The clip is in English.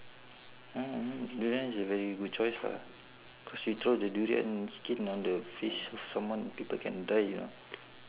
no I mean durian is a very good choice lah cause you throw the durian skin on the face someone people can die you know